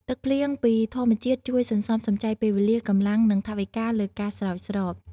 ទឹកភ្លៀងពីធម្មជាតិជួយសន្សំសំចៃពេលវេលា កម្លាំង និងថវិកាលើការស្រោចស្រព។